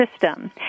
system